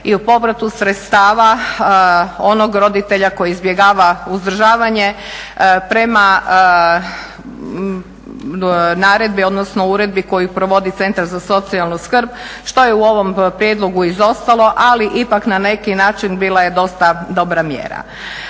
i o povratu sredstava onog roditelja koji izbjegava uzdržavanje prema naredbi odnosno uredbi koju provodi Centar za socijalnu skrb što je u ovom prijedlogu izostalo, ali ipak na neki način bila je dosta dobra mjera.